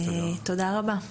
תודה רבה.